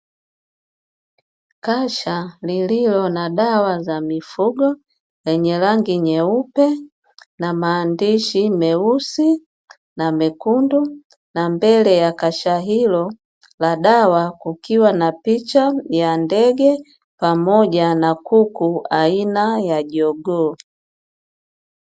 Kasha lililo na dawa za mifugo lenye rangi nyeupe na maandishi meusi na mekundu, na mbele ya kasha hilo la dawa kukiwa na picha ya ndege pamoja na kuku aina ya jogoo.